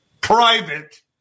private